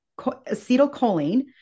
acetylcholine